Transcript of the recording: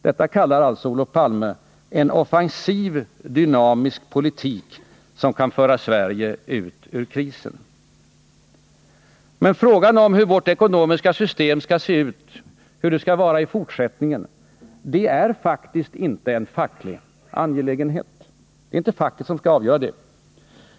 Detta kallar alltså Olof Palme en offensiv dynamisk politik, som kan föra Sverige ut ur krisen. Men frågan om hur vårt ekonomiska system skall se ut, hur det skall vara i fortsättningen, är faktiskt inte en facklig angelägenhet. Det är inte facket som skall avgöra det.